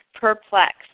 perplexed